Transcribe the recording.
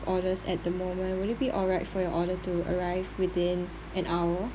orders at the moment would it be alright for your order to arrive within an hour